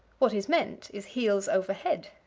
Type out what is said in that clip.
what is meant is heels over head.